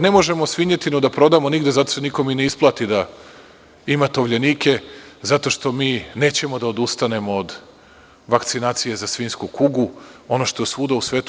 Ne možemo svinjetinu da prodamo nigde, zato se nikome i ne isplati da ima tovljenike, zato što mi nećemo da odustanemo od vakcinacije za svinjsku kugu, ono što je svuda u svetu.